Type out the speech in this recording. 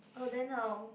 oh then how